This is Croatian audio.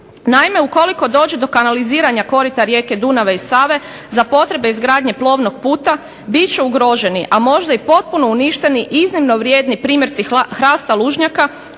Naime, ukoliko dođe do kanaliziranja korita rijeke Dunava i Save za potrebe izgradnje plovnog puta bit će ugroženi, a možda i potpuno uništeni iznimno vrijedni primjerci hrasta lužnjaka